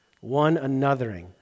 One-anothering